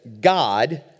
God